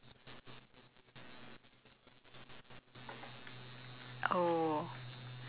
oh